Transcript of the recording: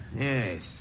Yes